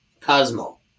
Cosmo